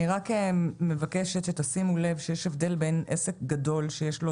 אני רק מבקשת שתשימו לב שיש הבדל בין עסק גדול שיש לו